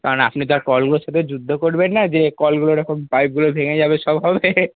কারন আপনি তো আর কলগুলোর সাথে যুদ্ধ করবেন না যে কলগুলোর ওরকম পাইপগুলো ভেঙে যাবে সব হবে